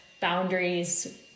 boundaries